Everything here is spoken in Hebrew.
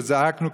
וזעקנו,